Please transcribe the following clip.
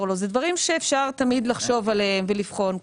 או לא זה דברים שאפשר תמיד לחשוב עליהם ולבחון,